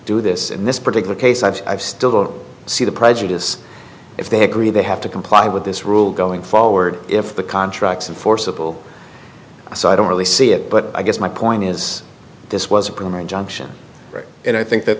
do this in this particular case i still don't see the prejudice if they agree they have to comply with this rule going forward if the contracts and forcible so i don't really see it but i guess my point is this was a primary junction and i think that